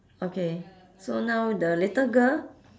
okay so now the little girl